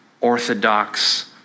orthodox